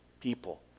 people